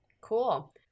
Cool